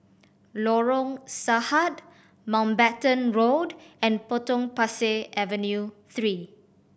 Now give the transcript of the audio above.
Lorong Sahad Mountbatten Road and Potong Pasir Avenue Three